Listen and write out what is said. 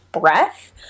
breath